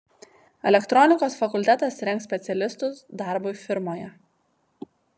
elektronikos fakultetas rengs specialistus darbui firmoje